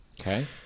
Okay